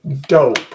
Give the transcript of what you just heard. Dope